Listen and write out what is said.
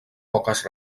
poques